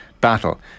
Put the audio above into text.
battle